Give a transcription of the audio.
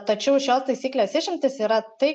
tačiau šios taisyklės išimtys yra tai